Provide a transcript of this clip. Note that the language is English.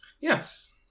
Yes